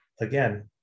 again